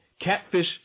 Catfish